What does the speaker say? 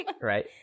Right